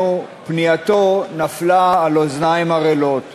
ויהיה בידי בית-המשפט להגיע במידה רבה יותר לחקר האמת.